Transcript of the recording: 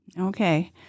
okay